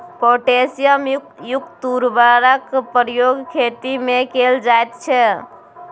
potassium युक्त उर्वरकक प्रयोग खेतीमे कैल जाइत छै